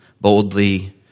boldly